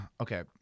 okay